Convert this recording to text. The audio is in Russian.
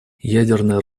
ядерное